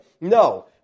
No